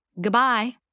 goodbye